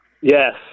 Yes